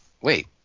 Wait